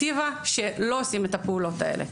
בדירקטיבה שלא עושים את הפעולות האלה.